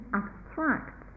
abstract